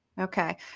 Okay